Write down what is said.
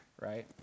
right